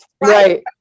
Right